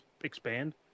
expand